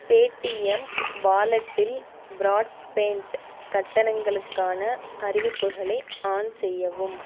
Paytm வாலெட்டில் broadband கட்டணங்களுக்கான அறிவிப்புகளை ஆன் செய்யவும்